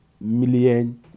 million